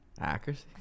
Accuracy